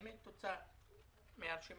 אנחנו צריכים לעשות את זה כמה שיותר מהר ואני